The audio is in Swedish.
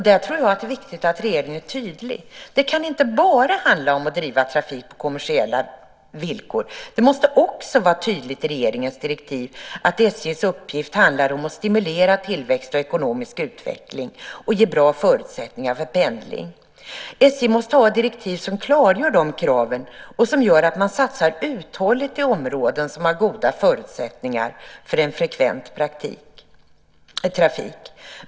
Där tror jag att det är viktigt att regeringen är tydlig. Det kan inte bara handla om att driva trafik på kommersiella villkor. Det måste också vara tydligt i regeringens direktiv att SJ:s uppgift är att stimulera tillväxt och ekonomisk utveckling samt ge bra förutsättningar för pendling. SJ måste ha direktiv som klargör de kraven och som gör att man satsar uthålligt i områden som har goda förutsättningar för en frekvent trafik.